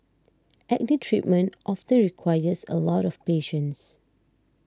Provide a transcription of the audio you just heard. acne treatment often requires a lot of patience